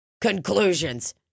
conclusions